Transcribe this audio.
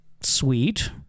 sweet